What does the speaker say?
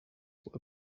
while